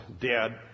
dead